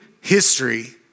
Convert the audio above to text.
history